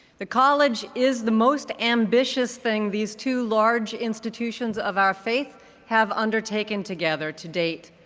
the college is the most ambitious thing these two large institutions of our faith have undertaken together to date.